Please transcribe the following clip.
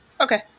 Okay